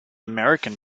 american